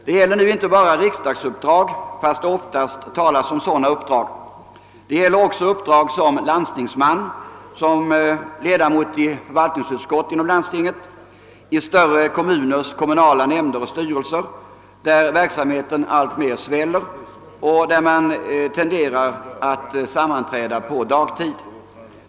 Det gäller inte bara politiska uppdrag — ehuru det oftast talas om dem — utan också uppdrag som landstingsman, ledamotskap i förvaltningsutskott inom landsting och i större kommuners kommunala nämnder och styrelser där verksamheten alltmer sväller och där man tenderar att sammanträda på dagtid.